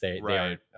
Right